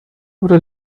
oder